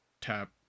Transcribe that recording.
tap